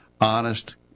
honest